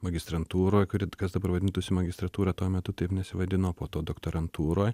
magistrantūroj kuri kas dabar vadintųsi magistratūra tuo metu taip nesivadino po to doktorantūroj